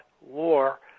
war